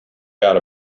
got